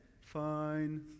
fine